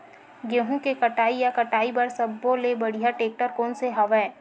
गेहूं के कटाई या कटाई बर सब्बो ले बढ़िया टेक्टर कोन सा हवय?